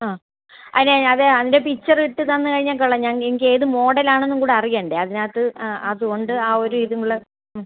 ആ അതിന് അത് അതിൻ്റെ പിക്ച്ചർ ഇട്ട് തന്ന് കഴിഞ്ഞാൽ കൊള്ളാം ഞാൻ എനിക്ക് ഏത് മോഡൽ ആണെന്നും കൂടെ അറിയേണ്ടേ അതിനകത്ത് ആ അതുകൊണ്ട് ആ ഒരു ഇതുള്ള